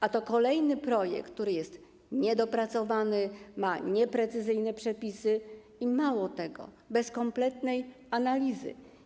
A to kolejny projekt, który jest niedopracowany, ma nieprecyzyjne przepisy i mało tego - bez kompletnej analizy.